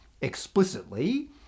explicitly